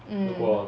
mm